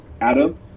Adam